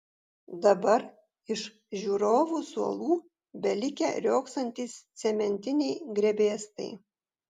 dabar iš žiūrovų suolų belikę riogsantys cementiniai grebėstai